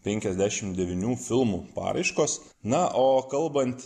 penkiasdešim devynių filmų paraiškos na o kalbant